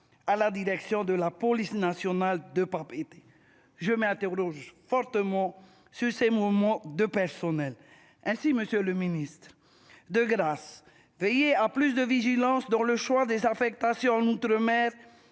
à d'action de la police nationale de propriété, je mets interroge fortement sur ces mouvements de personnel ainsi, Monsieur le Ministre, de grâce, veiller à plus de vigilance dans le choix des affectations en outre-mer